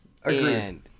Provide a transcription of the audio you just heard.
Agreed